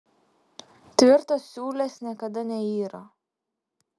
tvirtos siūlės niekada neyra